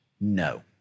No